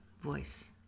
voice